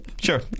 Sure